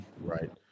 right